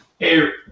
Air